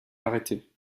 arrêter